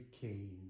keen